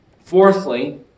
Fourthly